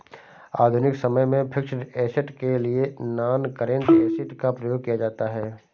आधुनिक समय में फिक्स्ड ऐसेट के लिए नॉनकरेंट एसिड का प्रयोग किया जाता है